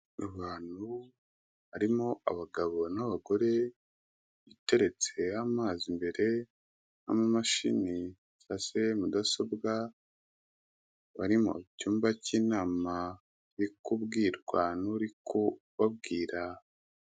Abantu harimo abagabo n'abagore, biteretse amazi mbere n'amamashini cyangwa se mudasobwa, bari mu cyumba cy'inama bari kubwirwa n'uri kubabwira.